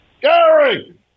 Gary